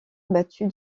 battue